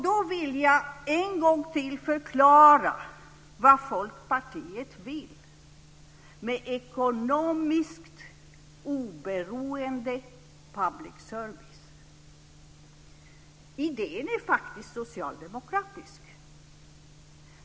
Då vill jag en gång till förklara vad Folkpartiet vill med ekonomiskt oberoende public service. Idén är faktisk socialdemokratisk.